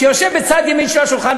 שיושב בצד ימין של השולחן,